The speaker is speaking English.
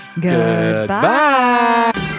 goodbye